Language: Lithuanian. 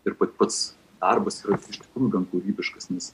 ir pats darbas yra iš tikrųjų gan kūrybiškas nes